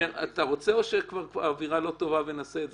אתה רוצה או שהאווירה לא טובה ונעשה את